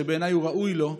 שבעיניי הוא ראוי לו,